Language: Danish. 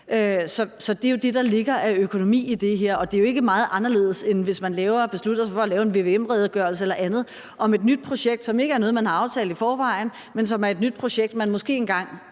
Så det er jo det, der ligger af økonomi i det her. Og det er jo ikke meget anderledes, end hvis man beslutter sig for at lave en vvm-redegørelse eller andet om et nyt projekt, som ikke er noget, man har aftalt i forvejen, men som er et nyt projekt, man måske engang